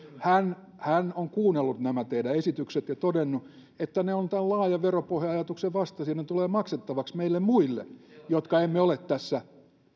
hän hän on kuunnellut nämä teidän esityksenne ja todennut että ne ovat tämän laajan veropohja ajatuksen vastaisia ne tulevat maksettavaksi meille muille jotka emme ole tässä